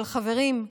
אבל חברים,